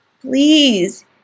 please